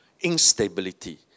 instability